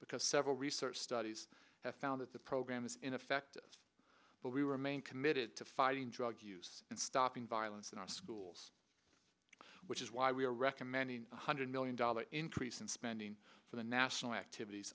because several research studies have found that the program is ineffective but we remain committed to fighting drug use and stopping violence in our schools which is why we are recommending one hundred million dollars increase in spending for the national activities